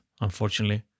unfortunately